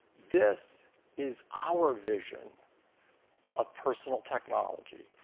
this is our vision of personal technology,